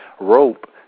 rope